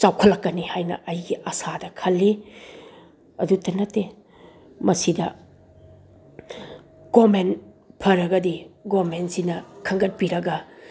ꯆꯥꯎꯈꯠꯂꯛꯀꯅꯤ ꯍꯥꯏꯅ ꯑꯩꯒꯤ ꯑꯁꯥꯗ ꯈꯜꯂꯤ ꯑꯗꯨꯇ ꯅꯠꯇꯦ ꯃꯁꯤꯗ ꯒꯣꯔꯃꯦꯟ ꯐꯔꯒꯗꯤ ꯒꯣꯔꯃꯦꯟꯁꯤꯅ ꯈꯟꯒꯠꯄꯤꯔꯒ